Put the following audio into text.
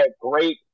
great